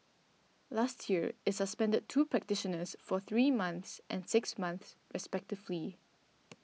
last year it suspended two practitioners for three months and six months respectively